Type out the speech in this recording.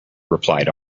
replied